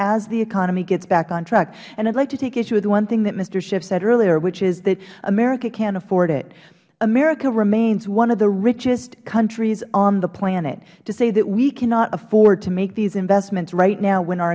as the economy gets back on track i would like to take issue with one thing mister schiff said earlier which is that america can't afford it america remains one of the richest countries on the planet to say that we cannot afford to make these investments right now when our